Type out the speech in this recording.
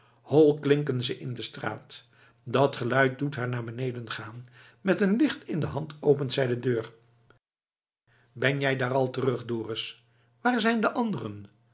hol klinken ze in de straat dat geluid doet haar naar beneden gaan met een licht in de hand opent zij de deur ben jij daar al terug dorus waar zijn de anderen